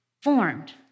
formed